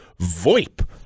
VoIP